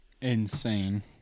Insane